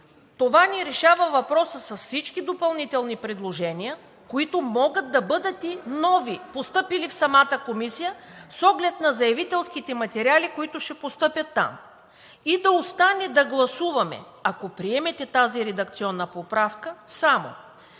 това ни решава въпроса с всички допълнителни предложения, които могат да бъдат и нови, постъпили в самата Комисия, с оглед на заявителските материали, които ще постъпят там. И да остане да гласуваме, ако приемете тази редакционна поправка, само: